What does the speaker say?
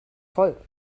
voll